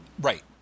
Right